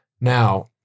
Now